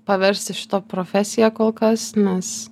paversti šito profesija kol kas nes